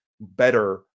better